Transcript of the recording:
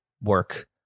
work